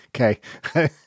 Okay